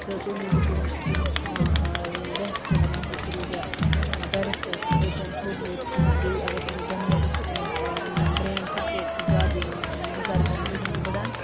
تہٕ تَمہِ موٗجوٗب چھِ تٔمِس تٔمِس تھاوان ریسٹ دَپان چھِس ژٕ روزِ بٮ۪ڈس پٮ۪ٹھ ژٕ ؤتھِ زٮ۪نہٕ تھوٚد ووٚد کیٚنٛہہ بیٚیہِ اگر تٔمِس دٮ۪ماغس چھُ تٔمِس برین سِٹروک چھ زیادٕ یِوان بُزرگَن بٕڈن